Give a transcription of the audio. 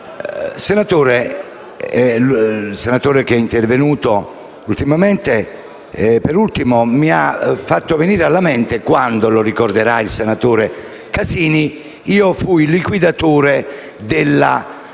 il senatore che è intervenuto per ultimo mi ha fatto venire alla mente quando - lo ricorderà il senatore Casini - fui liquidatore della